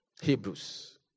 Hebrews